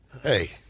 Hey